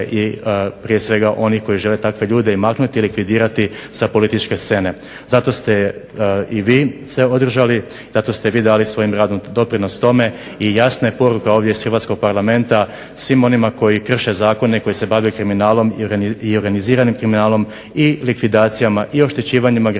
i prije svega onih koji žele takve ljude maknuti i likvidirati sa političke scene. Zato ste i vi se održali zato ste vi dali svojim radom doprinos tome i jasna je poruka ovdje iz hrvatskog Parlamenta svima onima koji krše zakone i koji se bave kriminalom i organiziranim kriminalnom i likvidacijama i oštećivanjima građana